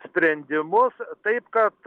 sprendimus taip kad